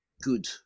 good